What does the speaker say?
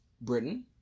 Britain